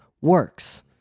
works